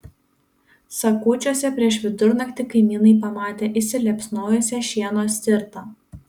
sakūčiuose prieš vidurnaktį kaimynai pamatė įsiliepsnojusią šieno stirtą